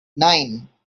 nine